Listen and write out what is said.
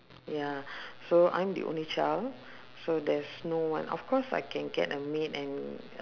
ya so I'm the only child so theres no one of course I can get a maid and